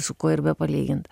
su kuo ir bepalygint